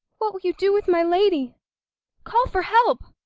what will you do with my lady call for help!